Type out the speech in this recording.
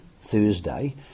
Thursday